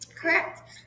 Correct